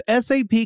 SAP